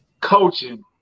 coaching